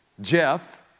Jeff